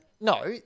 No